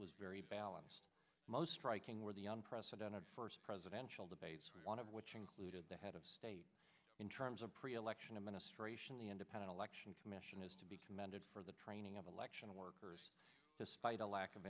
was very balanced most striking where the unprecedented first presidential debate one of which included the head of state in terms of pre election administration the independent election commission is to be commended for the training of election workers despite a lack of